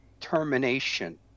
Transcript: termination